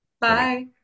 Bye